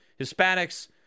Hispanics